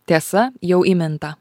tiesa jau įmintą